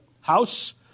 house